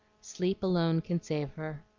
sleep alone can save her.